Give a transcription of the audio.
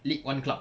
lead one club